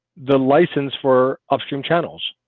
the license for upstream channels